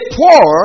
poor